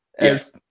Yes